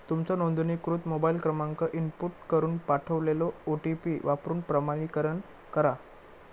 तुमचो नोंदणीकृत मोबाईल क्रमांक इनपुट करून पाठवलेलो ओ.टी.पी वापरून प्रमाणीकरण करा